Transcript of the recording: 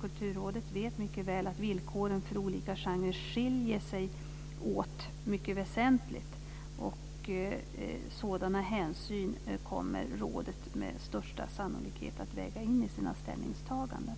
Kulturrådet vet mycket väl att villkoren för olika genrer skiljer sig åt väsentligt. Sådana hänsyn kommer rådet med största sannolikhet att väga in i sina ställningstaganden.